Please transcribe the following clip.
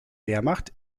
wehrmacht